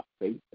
faith